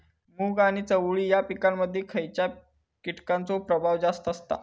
मूग आणि चवळी या पिकांमध्ये खैयच्या कीटकांचो प्रभाव जास्त असता?